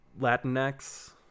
Latinx